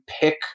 pick